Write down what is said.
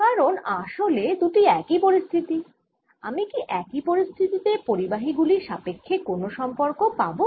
কারণ আসলে দুটি একই পরিস্থিতি আমি কি একই পরিস্থিতি তে পরিবাহী গুলির সাপেক্ষ্যে কোনও সম্পর্ক পাবো